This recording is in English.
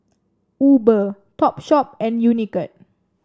Uber Topshop and Unicurd